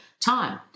time